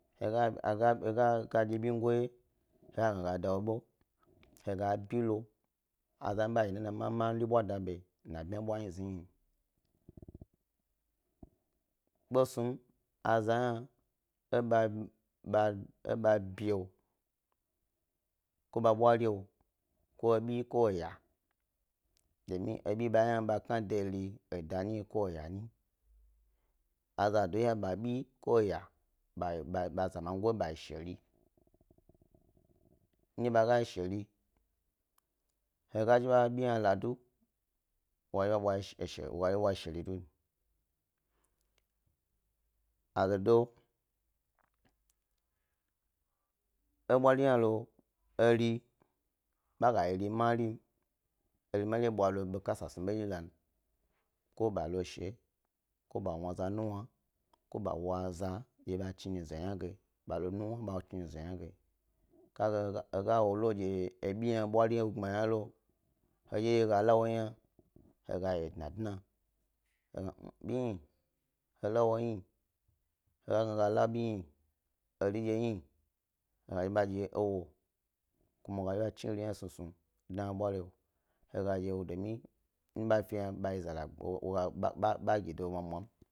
He ga dye bengowye he go gna he ga da wo ɓe, he ga bilo mi mari bwadabe labwiyi bwa he zen hne, kpesnum a zahne eba eba ɓiwo eɓbe biwo ko e ɓa bwari ko ebi ko eya domin ebi bahe ba gna de eri eda nyi ko eya a zado iya babi ko eya ba ɓa zamago bayi sheri ndye bagayi sheri, hega zhi ba ebi he ladu, wo ga zhi wo wo ba bwayi gheri sheri dun, a dodo ebwari hnelo eri be gayi eri marin, eri mari lo beka bas nu yni dye lan, ko ba lo she ko la wna za nuwn, ko ba wu aza ba chni nyize yna ge ba lonuwn ba chni zhi dye gan he ga wolo ebi hne dye bwari wo gne lo yna hne to hedye nɗye hega lawoyna he ga oyi edna he gne bi hni mi la wohi, he gag ne he ga la bindye hni eri ndye hni he ga zhi he ba dye e wo, ko ma wo ga zhi wo ba chni eri hna snu snu dna he bwari wo. He ga dye domin he ga dye wa yi za, ba fi yna ba gi do mwamwam.